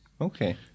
Okay